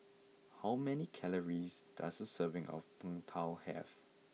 how many calories does a serving of Png Tao have